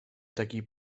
takiej